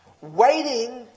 waiting